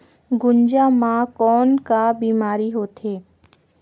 गुनजा मा कौन का बीमारी होथे?